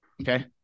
Okay